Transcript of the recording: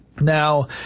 Now